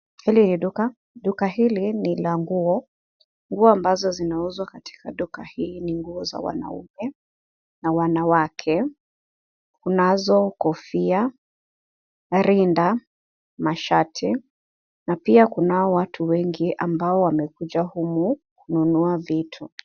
Hili ni duka. Duka hili ni la nguo. Nguo ambazo zinauzwa katika duka hili ni nguo za wanaume na wanawake. Kunazo kofia, rinda, mashati na pia kunao watu wengi ambao wamekuja humu kununua vitu.